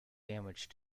damage